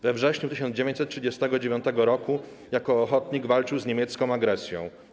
We wrześniu 1939 roku jako ochotnik walczył z niemiecką agresją.